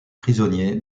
prisonniers